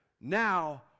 now